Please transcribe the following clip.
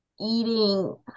eating